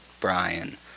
Brian